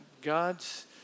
God's